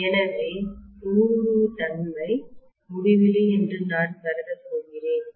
எனவே ஊடுருவு தன்மைபெர்மியபிலில்டி முடிவிலி என்று நான் கருதப் போகிறேன்